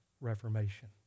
Reformation